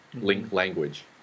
language